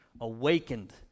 awakened